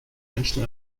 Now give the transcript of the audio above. menschen